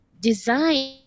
design